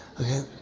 Okay